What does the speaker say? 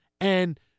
and-